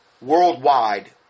worldwide